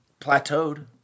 plateaued